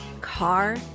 car